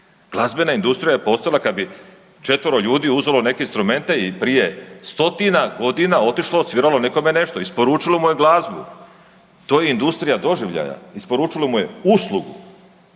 Glazbena industrija je postala, kad bi četvero ljudi uzelo neke instrumente i prije stotina godina otišlo, odsviralo nekome nešto, isporučilo mu je glazbu. To je industrija doživljaja, isporučilo mi je uslugu.